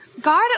God